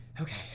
Okay